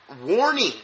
warning